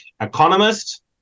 economist